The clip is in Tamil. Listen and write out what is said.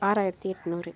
ஆறாயிரத்தி எண்ணூறு